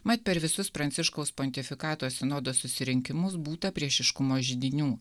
mat per visus pranciškaus pontifikato sinodos susirinkimus būta priešiškumo židinių